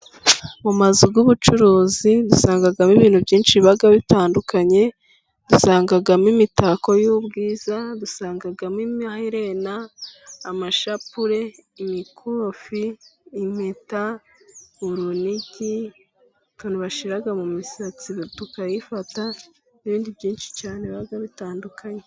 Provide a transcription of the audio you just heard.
Mu mazu y'ubucuruzi dusangamo ibintu byinshi biba bitandukanye. Dusangamo imitako y'ubwiza, dusangamo amaherena, amashapure, imikufi, impeta, urunigi, utuntu bashyira mu misatsi tukayifata n'ibindi byinshi cyane biba bitandukanye.